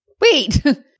Wait